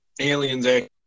aliens